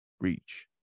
reach